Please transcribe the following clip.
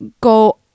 go